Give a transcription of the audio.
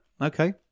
Okay